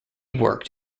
worked